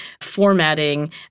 formatting